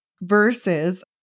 versus